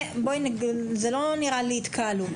זה לא נראה לי התקהלות.